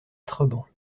treban